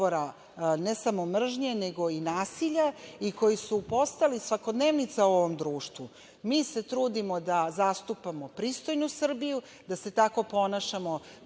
ne samo mržnje, nego i nasilje i koji su postali svakodnevnica u ovom društvu. Mi se trudimo da zastupamo pristojnu Srbiju, da se tako ponašamo